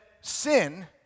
sin